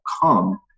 come